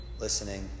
listening